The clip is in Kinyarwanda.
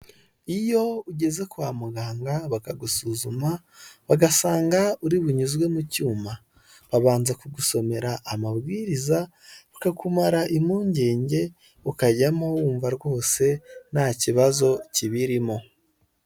Iyo ugeze kwa muganga bakagusuzuma bagasanga uri bunyuzwe mu cyuma babanza kugusomera amabwiriza bakakumara impungenge ukajyamo wumva rwose nta kibazo kibirimo.